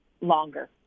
longer